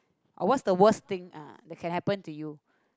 or what's the worst thing uh that can happen to you